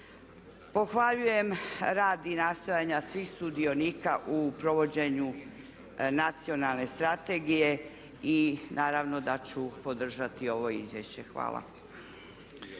Pohvaljujem rad i nastojanja svih sudionika u provođenju Nacionalne strategije i naravno da ću podržati ovo izvješće. Hvala.